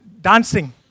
dancing